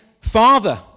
father